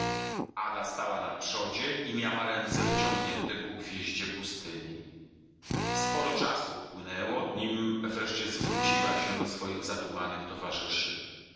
ada stała na przodzie i miała ręce wyciągnięte ku gwieździe pustyni sporo czasu upłynęło nim wreszcie zwróciła się do swoich zadumanych towarzyszy